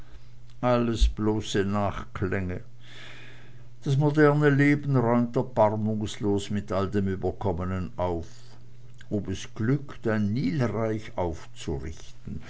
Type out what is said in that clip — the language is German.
alles bloße nachklänge das moderne leben räumt erbarmungslos mit all dem überkommenen auf ob es glückt ein nilreich aufzurichten